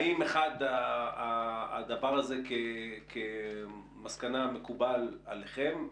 האם הדבר הזה כמסקנה מקובל עליכם,